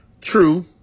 true